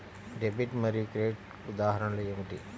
Debit మరియు credit ఉదాహరణలు ఏమిటీ?